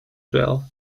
well